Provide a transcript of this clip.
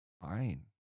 fine